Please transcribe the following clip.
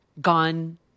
gone